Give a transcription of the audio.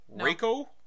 Rico